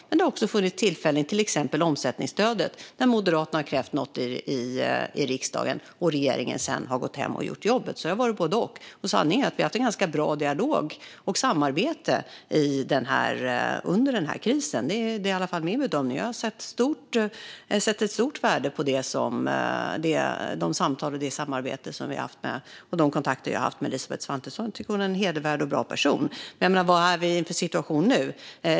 Men det har också funnits tillfällen, till exempel när det gäller omsättningsstödet, där Moderaterna har krävt något i riksdagen och regeringen sedan har gått hem och gjort jobbet. Det har alltså varit både och. Sanningen är att vi har haft en ganska bra dialog och ett ganska bra samarbete under denna kris. Det är i alla fall min bedömning. Jag sätter ett stort värde på de samtal, det samarbete och de kontakter som jag har haft med Elisabeth Svantesson. Jag tycker att hon är en hedervärd och bra person. Men vilken situation är vi i nu?